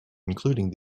including